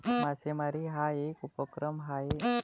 मासेमारी हा एक उपक्रम आहे